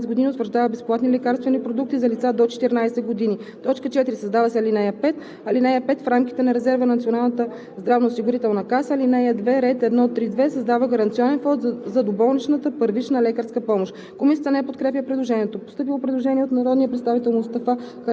по ал. 2, ред 1.1.3.5.1.3. лекарствени продукти за деца до 14 години утвърждава безплатни лекарствени продукти за лица до 14 години.“ 4. Създава се ал. 5: „(5) В рамките на резерва на Националната здравноосигурителна каса ал. 2, ред 1.3.2. създава Гаранционен Фонд за доболничната първична лекарска помощ.“